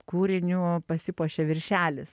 kūriniu pasipuošė viršelis